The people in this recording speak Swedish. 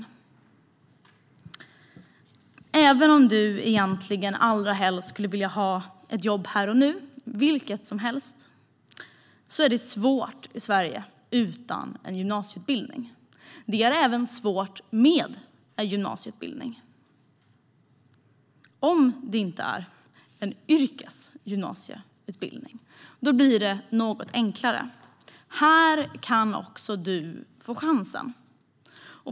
Även om du egentligen allra helst skulle vilja ha ett jobb här och nu, vilket som helst, är det svårt i Sverige utan en gymnasieutbildning. Det är svårt även om man har en gymnasieutbildning, om det inte är en yrkesgymnasieutbildning då det blir något enklare. Här kan också du få chansen.